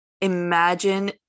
imagine